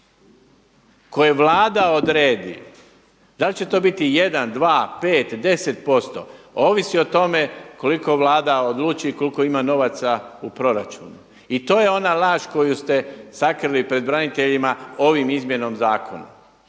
koje Vlada odredi. Da li će to biti jedan, dva, pet, deset posto ovisi o tome koliko Vlada odluči i koliko ima novaca u proračunu. I to je ona laž koju ste sakrili pred braniteljima ovom izmjenom zakona.